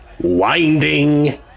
winding